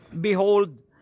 Behold